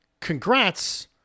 Congrats